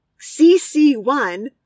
CC1